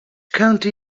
county